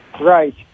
right